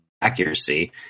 accuracy